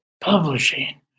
Publishing